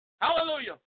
Hallelujah